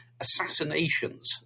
assassinations